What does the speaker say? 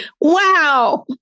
Wow